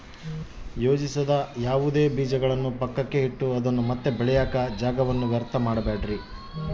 ಯೋಜಿಸದ ಯಾವುದೇ ಬೀಜಗಳನ್ನು ಪಕ್ಕಕ್ಕೆ ಇಟ್ಟು ಅದನ್ನ ಮತ್ತೆ ಬೆಳೆಯಾಕ ಜಾಗವನ್ನ ವ್ಯರ್ಥ ಮಾಡಬ್ಯಾಡ್ರಿ